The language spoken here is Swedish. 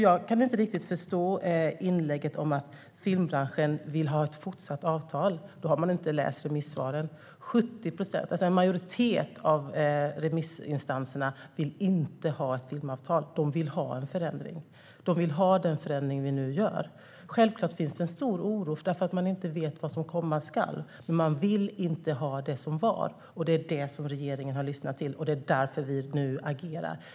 Jag kan inte riktigt förstå påståendet att filmbranschen vill ha ett fortsatt avtal. Då har man inte läst remissvaren. En majoritet av remissinstanserna vill inte ha något filmavtal. De vill ha en förändring, den förändring som vi nu håller på att arbeta med. Självklart finns det en stor oro därför att man inte vet vad som komma skall, men man vill inte ha det som det är. Det är det som regeringen har lyssnat till, och det är därför som vi nu agerar.